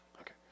Okay